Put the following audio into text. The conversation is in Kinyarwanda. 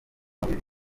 mubiri